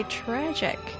tragic